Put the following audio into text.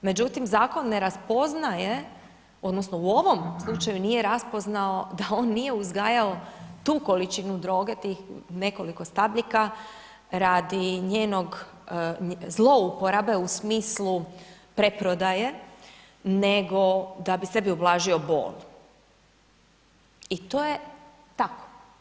Međutim, zakon ne raspoznaje odnosno u ovom slučaju nije raspoznao da on nije uzgajao tu količinu droge, tih nekoliko stabljika radi njenog zlouporabe u smislu preprodaje, nego da bi sebi ublažio bol i to je tako.